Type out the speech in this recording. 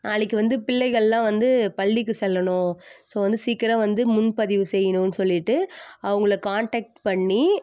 நாளைக்கு வந்து பிள்ளைகள்லாம் வந்து பள்ளிக்கு செல்லணும் ஸோ வந்து சீக்கிரம் வந்து முன்பதிவு செய்யணும்னு சொல்லிவிட்டு அவங்கள காண்டக்ட் பண்ணி